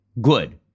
Good